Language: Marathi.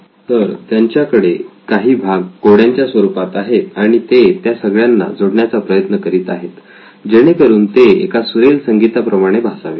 तर त्यांच्याकडे काही भाग कोड्यांच्या स्वरूपात आहेत आणि ते त्या सगळ्यांना जोडण्याचा प्रयत्न करीत आहेत जेणेकरून ते एका सुरेल संगीता प्रमाणे भासावे